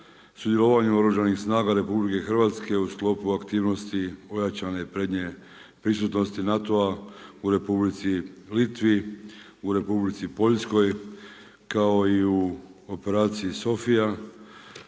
sudjelovanju Oružanih snaga RH u sklopu aktivnosti ojačane prednje prisutnosti NATO-a u Republici Litvi, u Republici Poljskoj kao i u operaciji SOPHIA,